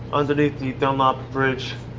underneath the dunlop bridge,